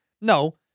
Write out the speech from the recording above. no